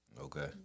Okay